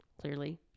clearly